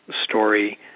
story